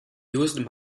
used